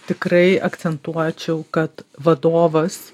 tikrai akcentuočiau kad vadovas